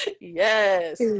yes